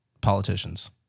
politicians